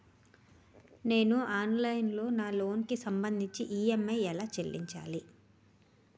నేను ఆన్లైన్ లో నా లోన్ కి సంభందించి ఈ.ఎం.ఐ ఎలా చెల్లించాలి?